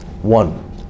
One